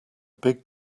big